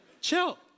chill